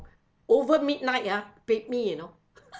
over midnight ya paid me you know